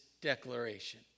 declaration